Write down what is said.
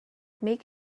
make